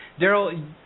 Daryl